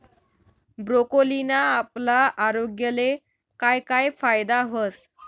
ब्रोकोलीना आपला आरोग्यले काय काय फायदा व्हस